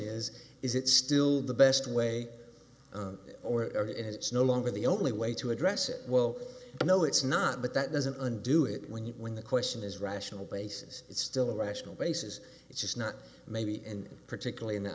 is is it still the best way or it's no longer the only way to address it well no it's not but that doesn't undo it when you when the question is rational basis it's still a rational basis it's just not maybe and particularly in the